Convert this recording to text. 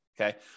Okay